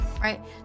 right